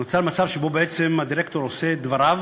נוצר מצב שבעצם הדירקטור הוא עושה דברו